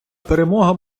перемога